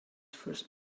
first